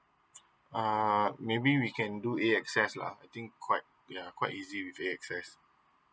uh maybe we can do it excess luh I think quite ya quite easy with axes